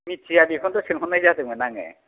मिन्थिया बेखौनथ' सोंहरनाय जादोंमोन आङो